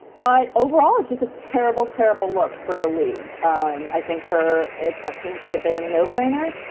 but overall, it's just a terrible, terrible look for the league. um i think her exception should have been and a no brainer.